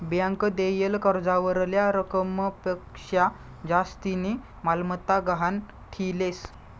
bank देयेल कर्जावरल्या रकमपक्शा जास्तीनी मालमत्ता गहाण ठीलेस